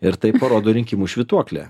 ir tai parodo rinkimų švytuoklė